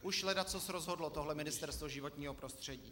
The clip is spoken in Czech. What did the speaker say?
Už ledacos rozhodlo tohle Ministerstvo životního prostředí.